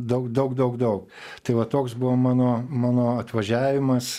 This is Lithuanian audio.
daug daug daug daug tai va toks buvo mano mano atvažiavimas